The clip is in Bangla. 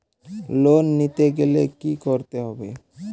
লোন নিতে গেলে কি করতে হবে?